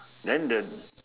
then the